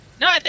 No